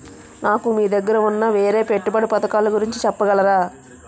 నాకు మీ దగ్గర ఉన్న వేరే పెట్టుబడి పథకాలుగురించి చెప్పగలరా?